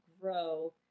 grow